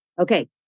Okay